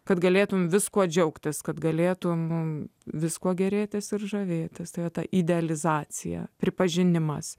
kad galėtumei viskuo džiaugtis kad galėtumei viskuo gėrėtis ir žavėtis tai va ta idealizacija pripažinimas